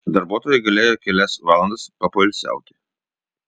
darbuotojai galėjo kelias valandas papoilsiauti